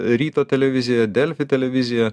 ryto televizija delfi televizija